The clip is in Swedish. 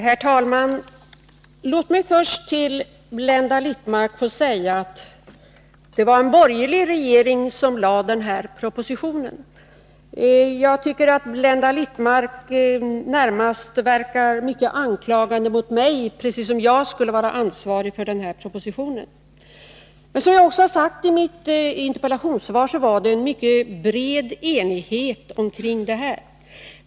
Herr talman! Låt mig först till Blenda Littmarck få säga att det var en borgerlig regering som lade fram den här propositionen. Jag tycker att Blenda Littmarck närmast verkar mycket anklagande mot mig, precis som om jag skulle vara ansvarig för den här propositionen. Men som jag också har sagt i mitt interpellationssvar var det en mycket bred enighet om detta förslag.